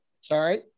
Sorry